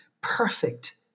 perfect